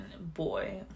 boy